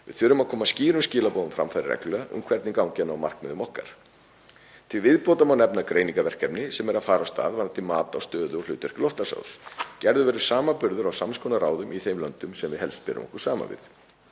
Við þurfum að koma skýrum skilaboðum á framfæri reglulega um hvernig gangi að ná markmiðum okkar. Til viðbótar má nefna greiningarverkefni sem er að fara af stað varðandi mat á stöðu og hlutverki loftslagsráðs. Gerður verði samanburður á sams konar ráðum í þeim löndum sem við helst berum okkur saman við.